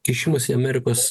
kišimąsi į amerikos